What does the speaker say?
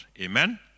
Amen